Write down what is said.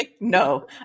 no